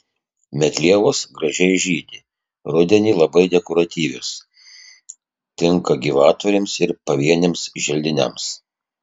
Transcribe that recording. medlievos gražiai žydi rudenį labai dekoratyvios tinka gyvatvorėms ir pavieniams želdiniams